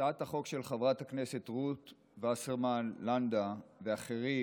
הצעת החוק של חברת הכנסת רות וסרמן לנדה ואחרים